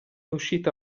uscita